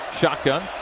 Shotgun